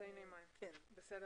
אציין זאת.